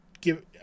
give